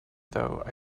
though